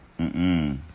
Mm-mm